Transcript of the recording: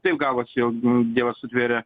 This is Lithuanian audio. taip gavosi jog dievas sutvėrė